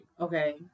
Okay